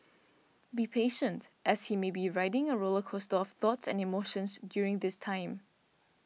be patient as he may be riding a roller coaster of thoughts and emotions during this time